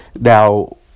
Now